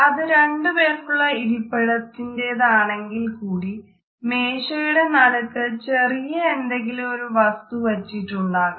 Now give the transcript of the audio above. അത് രണ്ടു പേർക്കുള്ള ഇരിപ്പിടത്തിന്റേതാണെ ങ്കിൽക്കൂടി മേശയുടെ നടുക്ക് ചെറിയ എന്തെങ്കിലും ഒരു വസ്തു വച്ചിട്ടുണ്ടാകാം